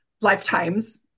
lifetimes